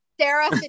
Sarah